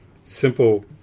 simple